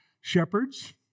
shepherds